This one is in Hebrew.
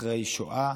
אחרי שואה,